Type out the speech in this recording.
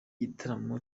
gitaramo